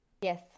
Yes